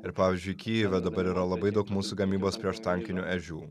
ir pavyzdžiui kyjive dabar yra labai daug mūsų gamybos prieštankinių ežių